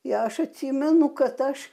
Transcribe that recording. ją aš atsimenu kad aš